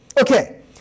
Okay